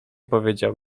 powiedział